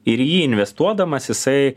ir į jį investuodamas jisai